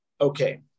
Okay